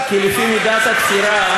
כי לפי מידת התפירה,